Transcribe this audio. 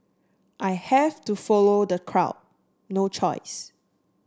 I have to follow the crowd no choice